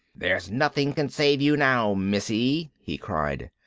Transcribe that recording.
there's nothing can save you now, missy, he cried.